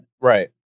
Right